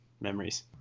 memories